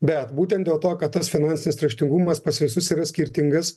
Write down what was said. bet būtent dėl to kad tas finansinis raštingumas pas visus yra skirtingas